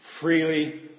freely